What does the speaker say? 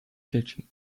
catching